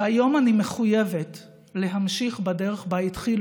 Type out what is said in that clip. והיום אני מחויבת להמשיך בדרך שבה התחיל,